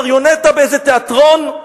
מריונטה באיזה תיאטרון?